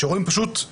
רואים לא